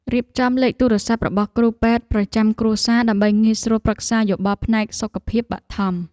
រៀបចំលេខទូរស័ព្ទរបស់គ្រូពេទ្យប្រចាំគ្រួសារដើម្បីងាយស្រួលប្រឹក្សាយោបល់ផ្នែកសុខភាពបឋម។